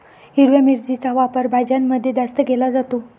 हिरव्या मिरचीचा वापर भाज्यांमध्ये जास्त केला जातो